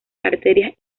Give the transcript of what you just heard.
arterias